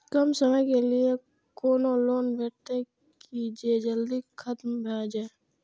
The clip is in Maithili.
कम समय के लीये कोनो लोन भेटतै की जे जल्दी खत्म भे जे?